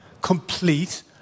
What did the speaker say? Complete